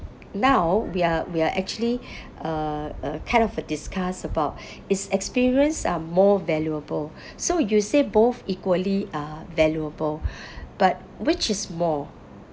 now we're we're actually uh uh kind of uh discuss about is experience uh more valuable so you say both equally are valuable but which is more